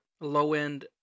low-end